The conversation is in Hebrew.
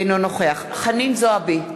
אינו נוכח חנין זועבי,